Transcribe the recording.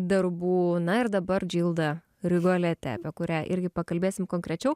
darbų na ir dabar džilda rigolete apie kurią irgi pakalbėsim konkrečiau